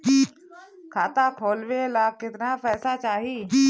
खाता खोलबे ला कितना पैसा चाही?